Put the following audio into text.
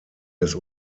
des